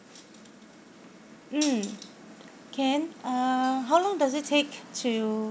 mm can uh how long does it take to